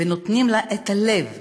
ונותנים לה את הלב,